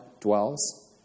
dwells